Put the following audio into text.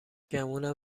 گمونم